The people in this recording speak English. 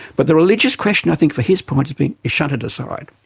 but the religious question i think for his point has been shunted aside.